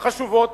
החשובות,